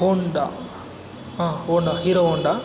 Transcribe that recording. ಹೋಂಡಾ ಹಾಂ Honda Hero Honda